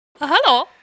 Hello